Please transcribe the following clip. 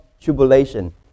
tribulation